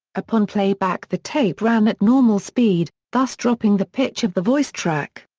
upon playback the tape ran at normal speed, thus dropping the pitch of the voice track.